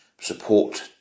support